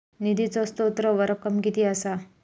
निधीचो स्त्रोत व रक्कम कीती असा?